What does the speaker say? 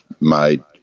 made